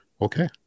Okay